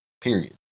period